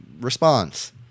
response